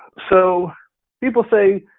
so people say,